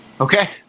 Okay